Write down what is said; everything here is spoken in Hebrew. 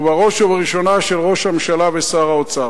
ובראש ובראשונה של ראש הממשלה ושר האוצר.